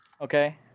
Okay